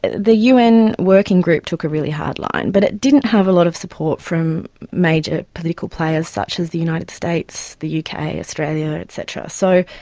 the un working group took a really hard line, but it didn't have a lot of support from major political players such as the united states, the uk, australia, et cetera. so,